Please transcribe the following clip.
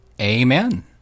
Amen